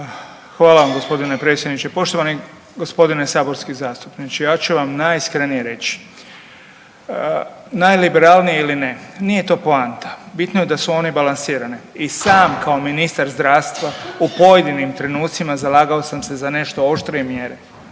Hvala vam gospodine predsjedniče. Poštovani gospodine saborski zastupniče ja ću vam najiskrenije reći najliberalniji ili ne nije to poanta bitno je da su one balansirane. I sam kao ministar zdravstva u pojedinim trenucima zalagao sam se za nešto oštrije mjere